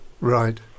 Right